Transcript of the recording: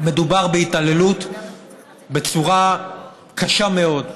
מדובר בהתעללות בצורה קשה מאוד,